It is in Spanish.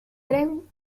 tren